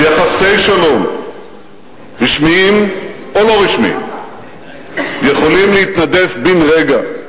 שיחסי שלום רשמיים או לא רשמיים יכולים להתנדף בן-רגע.